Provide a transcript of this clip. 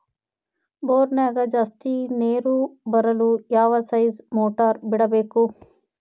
ಬೋರಿನ್ಯಾಗ ಜಾಸ್ತಿ ನೇರು ಬರಲು ಯಾವ ಸ್ಟೇಜ್ ಮೋಟಾರ್ ಬಿಡಬೇಕು?